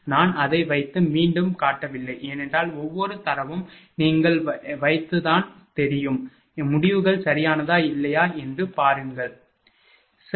நான் அதை வைத்து மீண்டும் காட்டவில்லை ஏனென்றால் ஒவ்வொரு தரவும் நீங்கள் வைத்து தான் தெரியும் முடிவுகள் சரியானதா இல்லையா என்று பாருங்கள் சரி